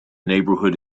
neighborhood